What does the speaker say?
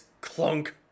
clunk